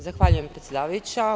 Zahvaljujem predsedavajuća.